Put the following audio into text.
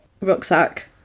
rucksack